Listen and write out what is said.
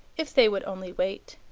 if they would only wait.